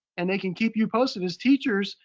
and they can keep you posted. as teachers,